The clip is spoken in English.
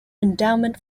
endowment